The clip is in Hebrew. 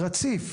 רציף,